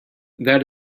that